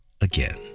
again